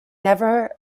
never